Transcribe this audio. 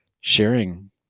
sharing